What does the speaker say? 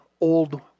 old